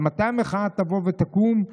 ומתי המחאה תבוא ותקום?